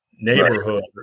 neighborhood